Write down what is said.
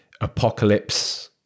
apocalypse